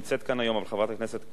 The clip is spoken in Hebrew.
אבל חברת הכנסת קירשנבאום,